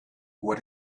what